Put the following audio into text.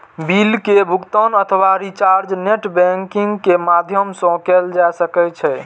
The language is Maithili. बिल के भुगातन अथवा रिचार्ज नेट बैंकिंग के माध्यम सं कैल जा सकै छै